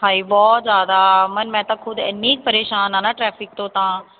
ਹਾਏ ਬਹੁਤ ਜ਼ਿਆਦਾ ਅਮਨ ਮੈਨੂੰ ਖੁਦ ਇੰਨੀ ਪਰੇਸ਼ਾਨ ਹਾਂ ਨਾ ਟਰੈਫਿਕ ਤੋਂ ਤਾਂ